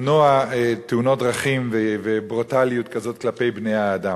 למנוע תאונות דרכים וברוטליות כזאת כלפי בני-האדם.